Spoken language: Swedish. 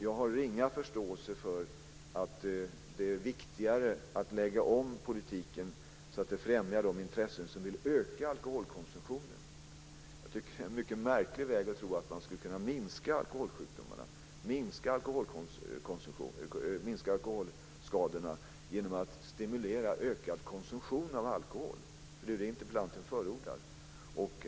Jag har ringa förståelse för att det är viktigare att lägga om politiken så att den främjar de intressen som vill öka alkoholkonsumtionen. Jag tycker att det är mycket märkligt att tro att man ska kunna minska alkoholsjukdomarna och alkoholskadorna genom att stimulera en ökad konsumtion av alkohol. Det är det som interpellanten förordar.